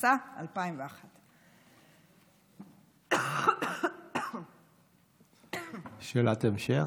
התשס"א 2001. שאלת המשך.